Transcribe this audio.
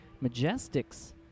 Majestic's